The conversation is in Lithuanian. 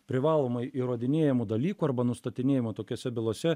privalomai įrodinėjamų dalykų arba nustatinėjama tokiose bylose